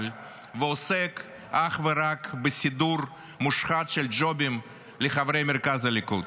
ועוסק אך ורק בסידור מושחת של ג'ובים לחברי מרכז הליכוד?